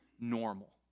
normal